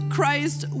Christ